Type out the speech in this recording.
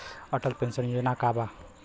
Atal pension योजना का बा?